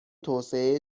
توسعه